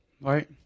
right